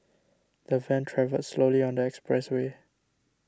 the van travelled slowly on the expressway